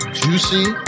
juicy